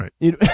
right